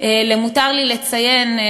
אם יותר לי לציין,